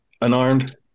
unarmed